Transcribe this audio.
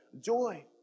joy